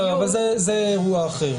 בסדר, אבל זה אירוע אחר.